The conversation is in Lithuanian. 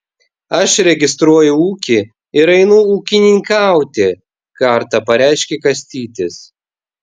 aš registruoju ūkį ir einu ūkininkauti kartą pareiškė kastytis